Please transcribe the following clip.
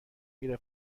میره